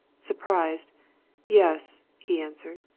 surprised yes! he answered.